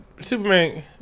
superman